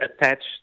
attached